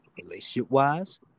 relationship-wise